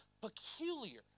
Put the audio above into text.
peculiar